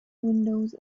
windows